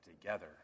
together